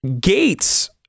gates